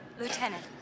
Lieutenant